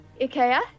Ikea